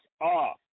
off